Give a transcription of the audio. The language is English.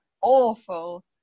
awful